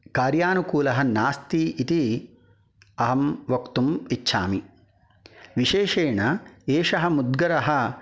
कार्यानुकुलः नास्ति इति अहं वक्तुम् इच्छामि विशेषण एषः मुद्गरः